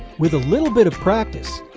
with a little bit of practice,